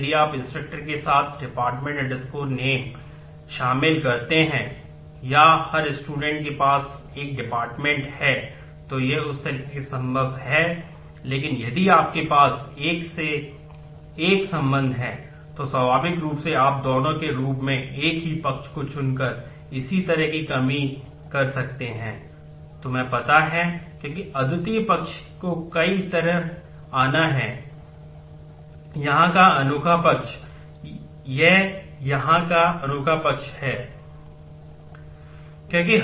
तो अद्वितीय पक्ष को यहाँ आना होगा